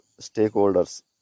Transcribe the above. stakeholders